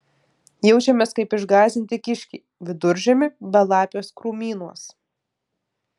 jaučiamės kaip išgąsdinti kiškiai viduržiemį belapiuos krūmynuos